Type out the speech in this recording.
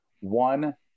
one